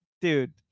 dude